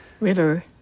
River